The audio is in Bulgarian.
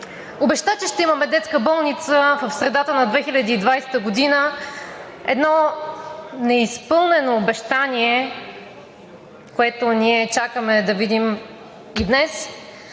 обеща, че ще имаме детска болница в средата на 2020 г. – едно неизпълнено обещание, което ние чакаме да видим и днес.